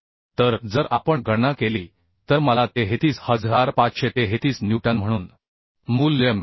तर जर आपण गणना केली तर मला 33533 न्यूटन म्हणून मूल्य मिळेल